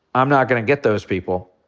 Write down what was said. i'm not gonna get those people.